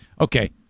okay